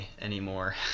anymore